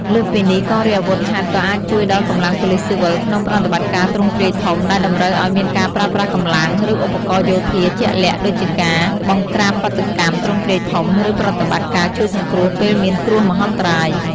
លើសពីនេះ កងរាជអាវុធហត្ថក៏អាចជួយដល់កម្លាំងប៉ូលិសស៊ីវិលក្នុងប្រតិបត្តិការទ្រង់ទ្រាយធំដែលតម្រូវឲ្យមានការប្រើប្រាស់កម្លាំង ឬឧបករណ៍យោធាជាក់លាក់ ដូចជាការបង្ក្រាបបាតុកម្មទ្រង់ទ្រាយធំ ឬប្រតិបត្តិការជួយសង្គ្រោះពេលមានគ្រោះមហន្តរាយ។